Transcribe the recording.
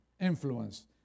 influence